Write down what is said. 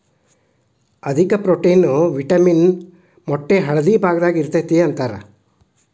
ಅಧಿಕ protein, vitamin ಮೊಟ್ಟೆಯ ಹಳದಿ ಭಾಗದಾಗ ಇರತತಿ ಅಂತಾರ